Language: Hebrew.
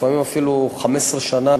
לפעמים אפילו 15 שנה,